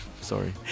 Sorry